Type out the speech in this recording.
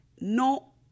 no